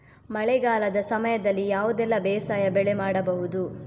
ಮಳೆಗಾಲದ ಸಮಯದಲ್ಲಿ ಯಾವುದೆಲ್ಲ ಬೇಸಾಯ ಬೆಳೆ ಮಾಡಬಹುದು?